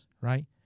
right